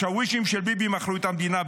השאווישים של ביבי מכרו את המדינה.